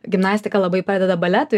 gimnastika labai padeda baletui